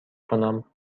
کنم